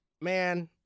man